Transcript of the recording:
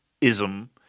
ism